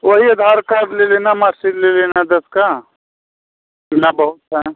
वही आधार कार्ड ले लेना मार्कशीट ले लेना दस का इतना बहुत है